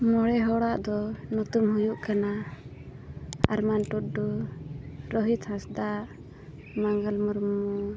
ᱢᱚᱬᱮ ᱦᱚᱲᱟᱜ ᱫᱚ ᱧᱩᱛᱩᱢ ᱦᱩᱭᱩᱜ ᱠᱟᱱᱟ ᱟᱨᱢᱟᱱ ᱴᱩᱰᱩ ᱨᱳᱦᱤᱛ ᱦᱟᱸᱥᱫᱟ ᱢᱟᱝᱜᱟᱞ ᱢᱩᱨᱢᱩ